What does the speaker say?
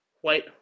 White